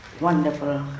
Wonderful